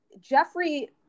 Jeffrey